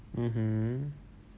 mmhmm